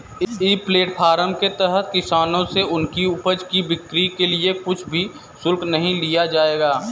ई platform के तहत किसानों से उनकी उपज की बिक्री के लिए कुछ भी शुल्क नहीं लिया जाएगा